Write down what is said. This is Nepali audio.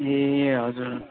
ए हजुर